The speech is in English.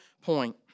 point